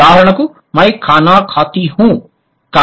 ఉదాహరణకు మై ఖానా ఖాతి హుం నేను ఆహారం తింటాను